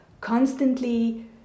constantly